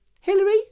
Hillary